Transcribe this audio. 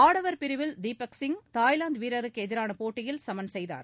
ஆடவர் பிரிவில் தீபக் சிங் தாய்லாந்து வீரருக்கு எதிரான போட்டியில் சமன் செய்தார்